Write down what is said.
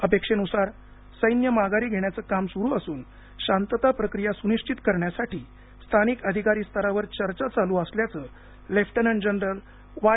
अपेक्षेनुसार सैन्य माघारी घेण्याचे काम सुरू असून शांतता प्रक्रिया सुनिश्वित करण्यासाठी स्थानिक अधिकारी स्तरावर चर्चा चालू असल्याचं लेफ्टनंट जनरल वाय